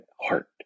heart